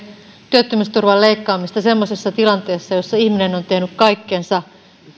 työttömyysturvan leikkaamista semmoisessa tilanteessa jossa ihminen on tehnyt kaikkensa